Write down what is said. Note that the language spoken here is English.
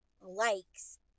likes